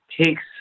takes